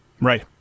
Right